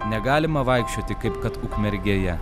negalima vaikščioti kaip kad ukmergėje